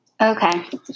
okay